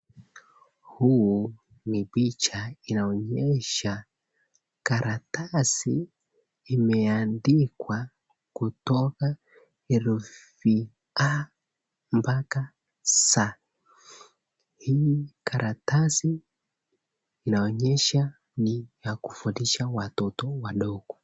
Huu ni picha inaonyesha karatasi imeandikwa kutoka herifu A paka Z, hii karatasi inaonyesha ni ya kufundisha watoto wadogo.